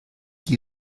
die